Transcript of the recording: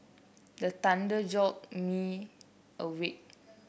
the thunder jolt me awake